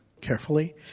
Carefully